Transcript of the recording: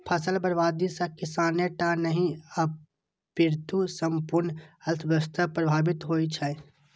फसल बर्बादी सं किसाने टा नहि, अपितु संपूर्ण अर्थव्यवस्था प्रभावित होइ छै